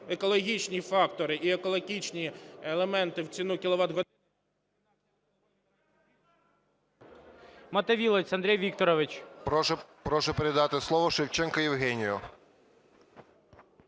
екологічні фактори і екологічні елементи, в ціну кіловат-години…